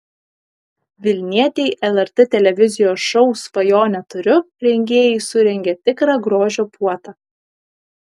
vilnietei lrt televizijos šou svajonę turiu rengėjai surengė tikrą grožio puotą